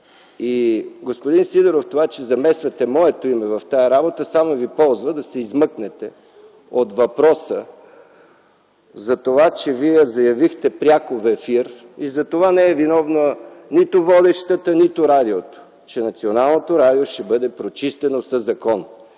Господин Сидеров, това, че замесвате моето име в тази работа, Ви ползва само, за да се измъкнете от въпроса, че заявихте пряко в ефир – и затова не е виновна нито водещата, нито радиото, че Националното радио ще бъде прочистено със закон.